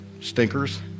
stinkers